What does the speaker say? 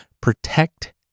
Protect